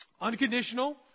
Unconditional